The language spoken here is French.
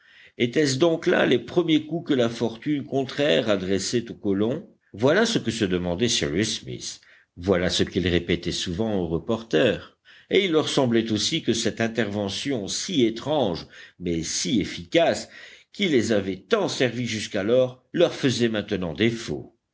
étaient-ce donc là les premiers coups que la fortune contraire adressait aux colons voilà ce que se demandait cyrus smith voilà ce qu'il répétait souvent au reporter et il leur semblait aussi que cette intervention si étrange mais si efficace qui les avait tant servis jusqu'alors leur faisait maintenant défaut